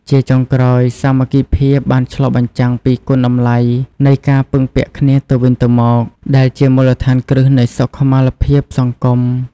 ជាចុងក្រោយ សាមគ្គីភាពបានឆ្លុះបញ្ចាំងពីគុណតម្លៃនៃការពឹងពាក់គ្នាទៅវិញទៅមក ដែលជាមូលដ្ឋានគ្រឹះនៃសុខុមាលភាពសង្គម។